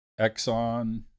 Exxon